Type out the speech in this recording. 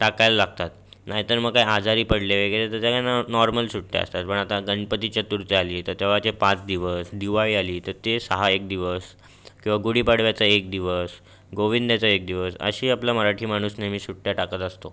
टाकायला लागतात नाही तर मग काय आजारी पडले वगैरे तर त्यांना नॉर्मल सुट्ट्या असतात पण आता गणपती चतुर्थी आली तर तेव्हाचे पाच दिवस दिवाळी आली त ते सहा एक दिवस किंवा गुढीपाडव्याचा एक दिवस गोविंद्याचा एक दिवस अशी आपला मराठी माणूस नेहमी सुट्ट्या टाकत असतो